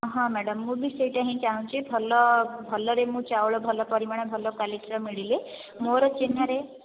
ହଁ ମ୍ୟାଡ଼ାମ୍ ମୁଁ ବି ସେଇଟା ହିଁ ଚାହୁଁଛି ଭଲ ଭଲରେ ମୁଁ ଚାଉଳ ଭଲ ପରିମାଣ ଭଲ କ୍ଵାଲିଟିର ମିଳିଲେ ମୋର ଚିହ୍ନରେ